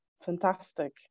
Fantastic